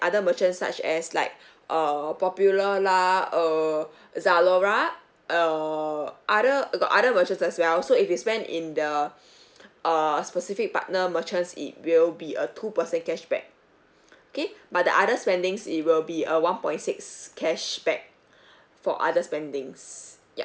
other merchants such as like err popular lah err zalora err other uh got other merchants as well so if you spend in the err specific partner merchants it will be a two percent cashback okay but the other spending's it will be a one point six cashback for other spending's ya